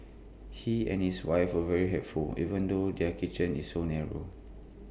he and his wife are very helpful even though their kitchen is so narrow